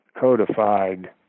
codified